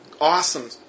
Awesome